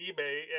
eBay